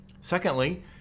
Secondly